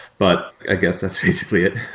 but i guess that's basically it.